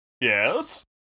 Yes